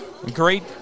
Great